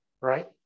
right